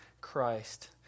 Christ